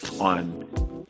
on